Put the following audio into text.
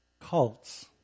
cults